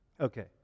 Okay